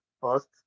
first